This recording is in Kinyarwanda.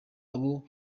abo